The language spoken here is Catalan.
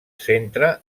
centre